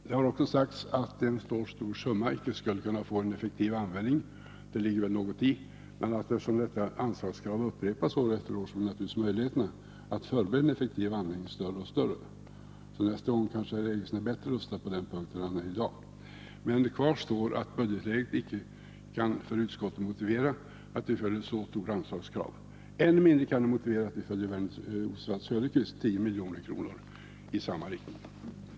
Det har också sagts att en så stor summa icke skulle kunna få en effektiv användning. Det ligger väl någonting i det, men eftersom detta anslagskrav upprepas år efter år blir naturligtvis möjligheterna att förbereda en effektiv användning större och större. Nästa gång kanske herr Ericson är bättre rustad på den punkten än han är i dag. Kvar står att budgetläget icke kan för utskottet motivera ett så stort anslagskrav. Ännu mindre kan det motivera att vi följer Oswald Söderqvists förslag om 10 milj.kr. i samma riktning.